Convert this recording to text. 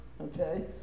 Okay